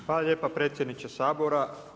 Hvala lijepa predsjedniče Sabora.